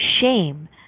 shame